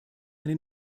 eine